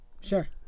Sure